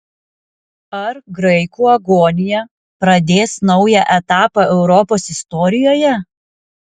ar graikų agonija pradės naują etapą europos istorijoje